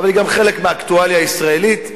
היא גם חלק מהאקטואליה הישראלית,